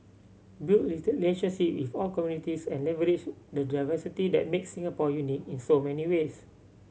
build with all communities and leverage the diversity that makes Singapore unique in so many ways